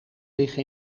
liggen